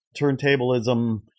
turntablism